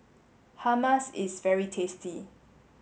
hummus is very tasty